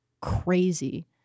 crazy